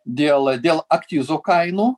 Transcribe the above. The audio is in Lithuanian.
dėl dėl akcizų kainų